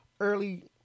early